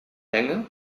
länge